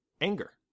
anger